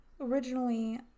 Originally